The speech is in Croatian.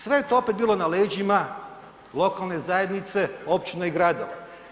Sve to je opet bilo na leđima lokalne zajednice, općina i gradova.